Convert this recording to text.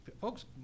Folks